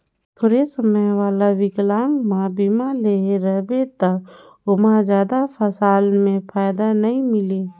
थोरहें समय वाला विकलांगमा बीमा लेहे रहबे त ओमहा जादा साल ले फायदा नई मिले